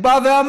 הוא בא ואמר: